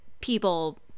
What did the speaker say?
people –